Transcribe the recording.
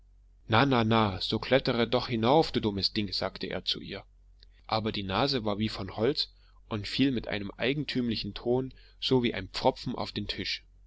na na so klettere doch hinauf du dummes ding sagte er zu ihr aber die nase war wie von holz und fiel mit einem eigentümlichen ton so wie ein pfropfen auf den tisch